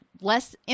less